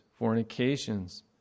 fornications